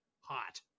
hot